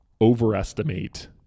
overestimate